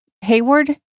Hayward